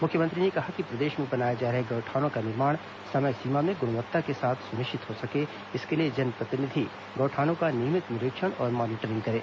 मुख्यमंत्री ने कहा कि प्रदेश में बनाए जा रहे गौठानों का निर्माण समय सीमा में गुणवत्ता के साथ सुनिश्चित हो सके इसके लिए जनप्रतिनिधि गौठानों का नियमित निरीक्षण और मॉनिटरिंग करें